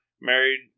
married